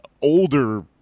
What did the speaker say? older